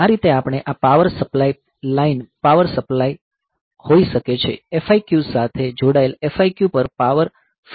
આ રીતે આપણે આ power supply line power supply હોઈ શકે છે FIQ સાથે જોડાયેલ FIQ પર પાવર ફેઇલિયર શોધી કાઢવામાં આવે છે